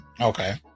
Okay